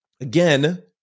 again